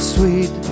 sweet